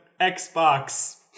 Xbox